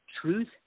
truth